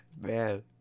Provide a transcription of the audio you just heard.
Man